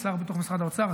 שר בתוך משרד האוצר,